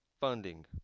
funding